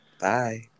Bye